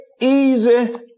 easy